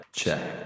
check